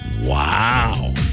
Wow